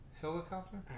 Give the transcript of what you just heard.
Helicopter